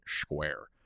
square